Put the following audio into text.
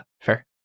fair